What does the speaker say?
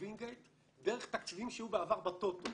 בווינגייט דרך התקציבים שהיו בעבר בטוטו.